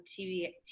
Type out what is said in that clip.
TV